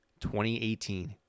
2018